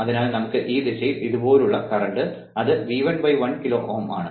അതിനാൽ നമുക്ക് ഒരു ഈ ദിശയിൽ ഇതുപോലെയുള്ള കറന്റ് അത് V11 കിലോ Ω ആണ്